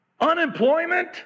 Unemployment